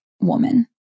woman